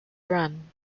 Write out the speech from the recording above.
run